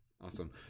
awesome